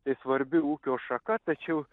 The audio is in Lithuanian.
tai svarbi ūkio šaka tačiau